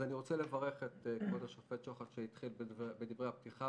אני רוצה לברך את כבוד השופט שוחט שהתחיל בדברי הפתיחה,